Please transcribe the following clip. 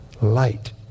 light